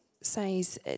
says